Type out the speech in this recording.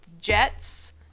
Jets